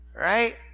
Right